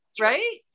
Right